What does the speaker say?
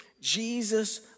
Jesus